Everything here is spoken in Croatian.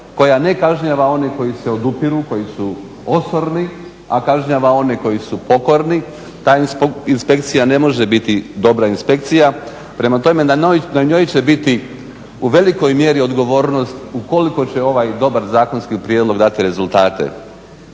koja ne kažnjava one koji se odupiru, koji su osorni, a kažnjava one koji su pokorni, ta inspekcija ne može biti dobra inspekcija prema tome na njoj će biti u velikoj mjeri odgovornost ukoliko će ovaj dobar zakonski prijedlog dati rezultate.